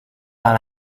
par